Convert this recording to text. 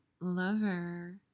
lover